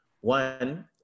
one